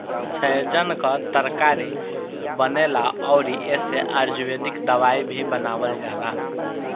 सैजन कअ तरकारी बनेला अउरी एसे आयुर्वेदिक दवाई भी बनावल जाला